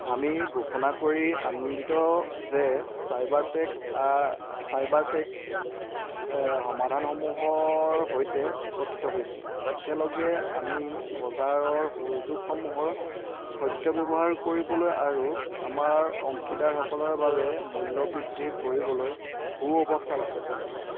আমি ঘোষণা কৰি আনন্দিত যে চাইবাৰ টেক চাইবাৰ টেক সমাধানসমূহৰ সৈতে একত্ৰিত হৈছে একেলগে আমি বজাৰৰ সুযোগসমূহৰ সদৱহাৰ কৰিবলৈ আৰু আমাৰ অংশীদাৰসকলৰ বাবে মূল্য বৃদ্ধি কৰিবলৈ সু অৱস্থাত আছোঁ